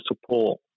support